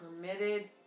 permitted